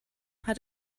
hat